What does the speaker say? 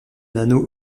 anneau